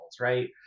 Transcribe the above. right